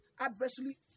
adversely